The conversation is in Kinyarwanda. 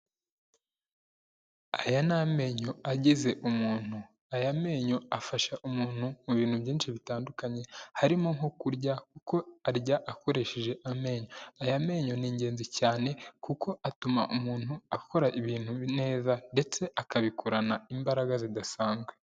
Aya ni amenyo agize umuntu. Aya menyo afasha umuntu mu bintu byinshi bitandukanye, harimo nko kurya kuko arya akoresheje amenyo. Aya menyo ni ingenzi cyane kuko atuma umuntu akora ibintu neza ndetse akabikorana imbaraga zidasanzwe.